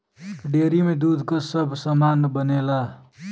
dairy में दूध क सब सामान बनेला